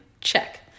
check